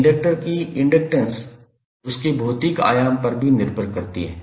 inductor की inductance उसके भौतिक आयाम पर भी निर्भर करती है